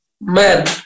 man